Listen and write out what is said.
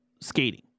skating